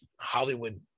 hollywood